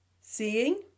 Seeing